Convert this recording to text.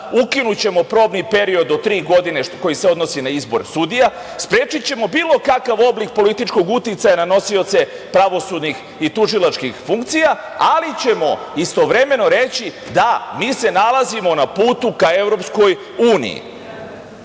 ukinućemo probni period od tri godine koji se odnosi na izbor sudija, sprečićemo bilo kakav oblik političkog uticaja na nosioce pravosudnih i tužilačkih funkcija, ali ćemo istovremeno reći da, mi se nalazimo na putu ka EU.Ono što